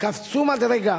קפצו מדרגה.